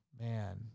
man